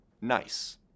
nice